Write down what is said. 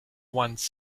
once